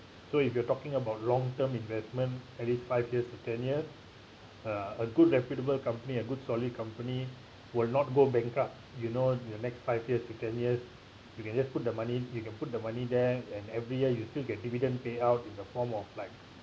so if you are talking about long term investment at least five years to ten year uh a good reputable company a good solid company will not go bankrupt you know in the next five years to ten years you can just put the money you can put the money there and every year you still get dividend payout in the form of like